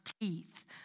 teeth